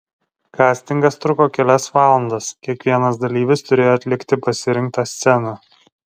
kastingas truko kelias valandas kiekvienas dalyvis turėjo atlikti pasirinktą sceną